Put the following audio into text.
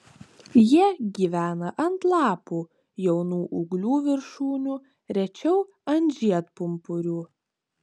jie gyvena ant lapų jaunų ūglių viršūnių rečiau ant žiedpumpurių